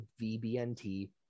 VBNT